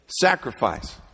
sacrifice